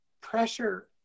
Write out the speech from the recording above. pressure